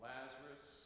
Lazarus